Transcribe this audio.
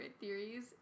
theories